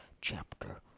chapter